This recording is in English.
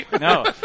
no